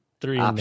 three